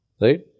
right